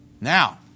Now